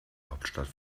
hauptstadt